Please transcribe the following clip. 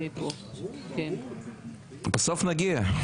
בסוף נגיע.